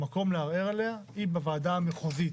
המקום לערער עליה היא בוועדה המחוזית,